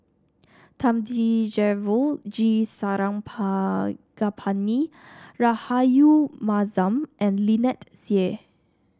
Thamizhavel G Rahayu Mahzam and Lynnette Seah